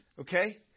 Okay